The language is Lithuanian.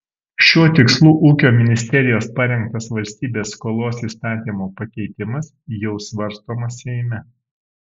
šiuo tikslu ūkio ministerijos parengtas valstybės skolos įstatymo pakeitimas jau svarstomas seime